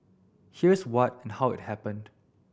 here's what and how it happened